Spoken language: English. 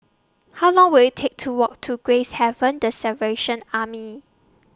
How Long Will IT Take to Walk to Gracehaven The Salvation Army